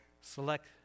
select